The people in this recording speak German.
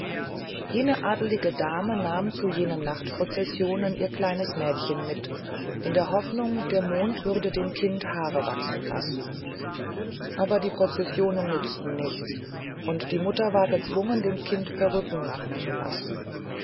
jene adelige dame nahm zu jenen nachtprozessionen ihr kleines mädchen mit in der hoffnung der mond würde dem kind haare wachsen lassen aber die prozessionen nützten nichts und die mutter war gezwungen dem kind perücken machen zu lassen